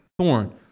thorn